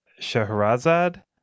Shahrazad